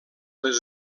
les